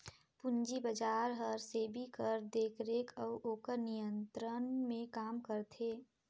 पूंजी बजार हर सेबी कर देखरेख अउ ओकर नियंत्रन में काम करथे